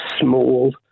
small